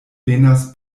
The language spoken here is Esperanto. venas